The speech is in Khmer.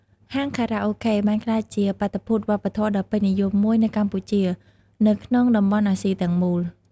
ហាងខារ៉ាអូខេ បានក្លាយជាបាតុភូតវប្បធម៌ដ៏ពេញនិយមមួយនៅកម្ពុជា និងក្នុងតំបន់អាស៊ីទាំងមូល។